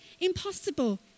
impossible